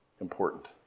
important